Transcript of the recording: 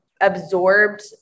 absorbed